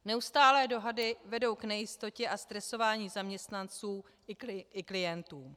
Neustálé dohady vedou k nejistotě a stresování zaměstnanců i klientů.